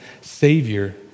Savior